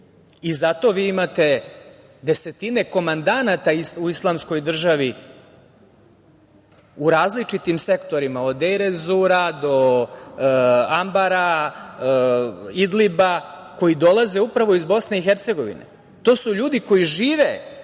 vi imate desetine komandanata u islamskoj državi u različitim sektorima od E-rezura, do Ambara, Idliba, koji dolaze upravo iz Bosne i Hercegovine. To su ljudi koji žive